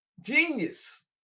Genius